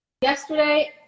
yesterday